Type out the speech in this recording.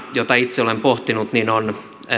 jota itse olen pohtinut on